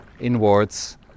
inwards